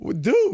dude